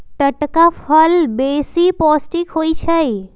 टटका फल बेशी पौष्टिक होइ छइ